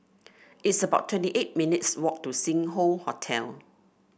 it's about twenty eight minutes' walk to Sing Hoe Hotel